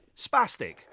Spastic